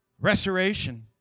Restoration